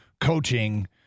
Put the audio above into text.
coaching